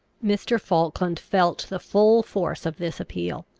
mr. falkland felt the full force of this appeal.